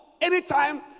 anytime